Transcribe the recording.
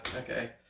Okay